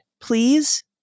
Please